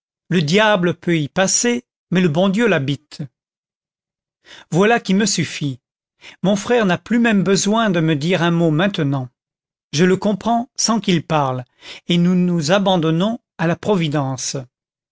le diable peut y passer mais le bon dieu l'habite voilà qui me suffit mon frère n'a plus même besoin de me dire un mot maintenant je le comprends sans qu'il parle et nous nous abandonnons à la providence